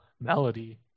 melody